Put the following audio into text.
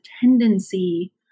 tendency